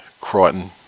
Crichton